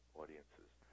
audiences